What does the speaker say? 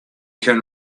can